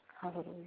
hallelujah